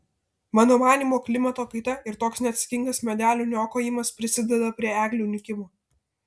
mano manymu klimato kaita ir toks neatsakingas medelių niokojimas prisideda prie eglių nykimo